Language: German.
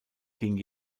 ging